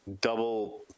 double